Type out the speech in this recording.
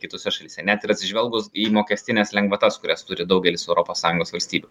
kitose šalyse net ir atsižvelgus į mokestines lengvatas kurias turi daugelis europos sąjungos valstybių